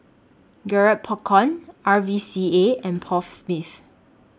Garrett Popcorn R V C A and Paul Smith